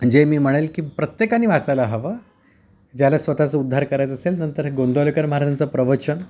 जे मी म्हणेल की प्रत्येकाने वाचायला हवं ज्याला स्वतःचं उद्धार करायचं असेल नंतर गोंंदवलेकर महाराजांचं प्रवचन